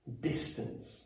distance